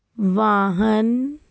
ਵਾਹਨ